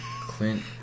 Clint